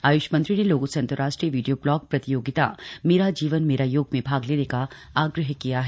आय्ष मंत्री ने लोगों से अंतरराष्ट्रीय वीडियो ब्लॉग प्रतियोगिता मेरा जीवन मेरा योग में भाग लेने का आग्रह किया है